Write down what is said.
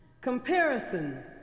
Comparison